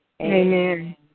Amen